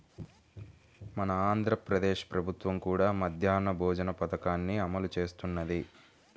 మన ఆంధ్ర ప్రదేశ్ ప్రభుత్వం కూడా మధ్యాహ్న భోజన పథకాన్ని అమలు చేస్తున్నది